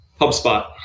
HubSpot